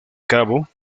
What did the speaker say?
cabo